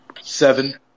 Seven